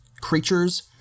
creatures